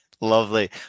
lovely